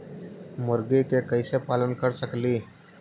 मुर्गि के कैसे पालन कर सकेली?